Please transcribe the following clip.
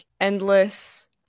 endless